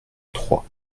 trois